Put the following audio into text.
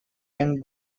young